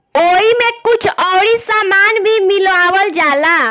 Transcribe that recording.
ओइमे कुछ अउरी सामान भी मिलावल जाला